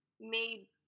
made